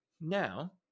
now